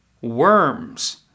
worms